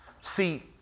See